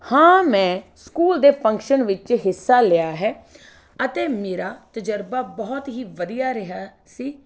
ਹਾਂ ਮੈਂ ਸਕੂਲ ਦੇ ਫੰਕਸ਼ਨ ਵਿੱਚ ਹਿੱਸਾ ਲਿਆ ਹੈ ਅਤੇ ਮੇਰਾ ਤਜ਼ਰਬਾ ਬਹੁਤ ਹੀ ਵਧੀਆ ਰਿਹਾ ਸੀ